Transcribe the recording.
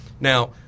Now